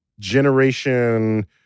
generation